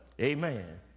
amen